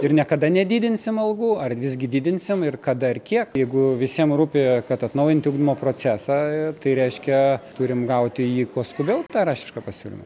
ir niekada nedidinsim algų ar visgi didinsim ir kada ir kiek jeigu visiem rūpi kad atnaujinti ugdymo procesą tai reiškia turim gauti jį kuo skubiau tą raštišką pasiūlymą